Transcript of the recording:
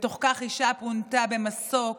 ובתוך כך אישה פונתה במסוק